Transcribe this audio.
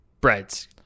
breads